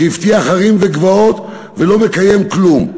שהבטיח הרים וגבעות ולא מקיים כלום,